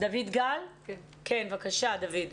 בבקשה דויד.